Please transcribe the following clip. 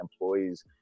employees